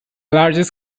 largest